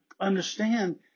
understand